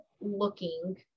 looking